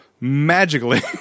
Magically